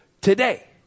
today